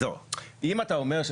לא, אם אתה אומר,